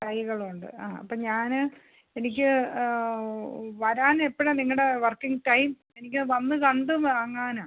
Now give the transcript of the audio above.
തൈകളുണ്ട് ആ അപ്പം ഞാൻ എനിക്ക് വരാൻ എപ്പോഴാണ് നിങ്ങളുടെ വർക്കിംഗ് ടൈം എനിക്ക് വന്ന് കണ്ട് വാങ്ങാനാണ്